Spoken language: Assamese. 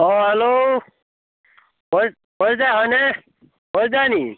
অ' হেল্ল' হয়নে নেকি